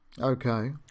Okay